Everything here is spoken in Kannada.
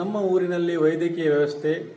ನಮ್ಮ ಊರಿನಲ್ಲಿ ವೈದ್ಯಕೀಯ ವ್ಯವಸ್ಥೆ